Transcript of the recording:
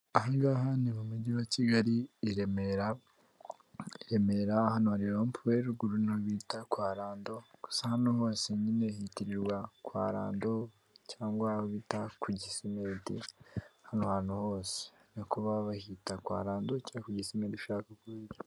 Aha ngaha ni mu mugi wa Kigali i Remera i Remera hano hari rompuwe ruguru niho bita kwa Rando gusa hano hose nyine hitirirwa kwa Rando cyangwa aho bita ku Gisimenti hano hantu hose, ni uko baba bahita kwa Rando cyangwa ku gisimenti ushaka uko uhita.